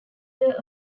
your